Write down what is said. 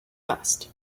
must